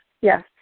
Yes